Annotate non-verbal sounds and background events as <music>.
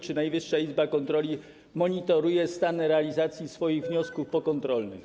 Czy Najwyższa Izba Kontroli monitoruje stany realizacji swoich <noise> wniosków pokontrolnych?